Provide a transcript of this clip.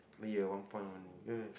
but you have one point only